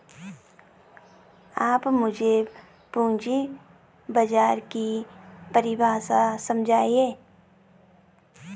आप मुझे पूंजी बाजार की परिभाषा समझाइए